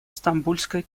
стамбульской